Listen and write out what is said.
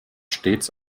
stets